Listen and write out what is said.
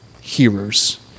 hearers